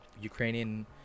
Ukrainian